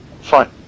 fine